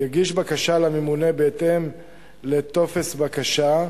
יגיש בקשה לממונה בהתאם לטופס בקשה,